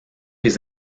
les